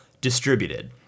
distributed